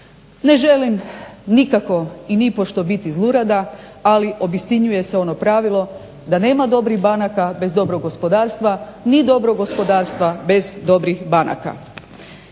Ne želim nikako i nipošto biti zlurada, ali obistinjuje se ono pravilo da nema dobrih banaka bez dobrog gospodarstva ni dobrog gospodarstva bez dobrih banaka.